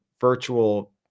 virtual